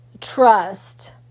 trust